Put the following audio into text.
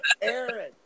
Aaron